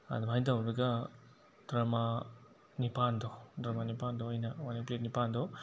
ꯑꯗꯨꯃꯥꯏꯅ ꯇꯧꯔꯒ ꯗ꯭ꯔꯃꯥ ꯅꯤꯄꯥꯜꯗꯣ ꯗ꯭ꯔꯃꯥ ꯅꯤꯄꯥꯜꯗꯣ ꯑꯩꯅ ꯋꯥꯟ ꯑꯦꯟ ꯄ꯭ꯂꯦ ꯅꯤꯄꯥꯜꯗꯣ